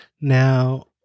Now